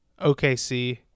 OKC